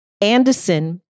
Anderson